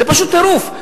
זה פשוט טירוף.